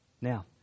Now